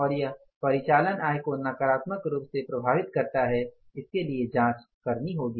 और यह परिचालन आय को नकारात्मक रूप से प्रभावित करता है इसके लिए जांच करनी होगी